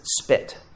spit